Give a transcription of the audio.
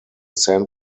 san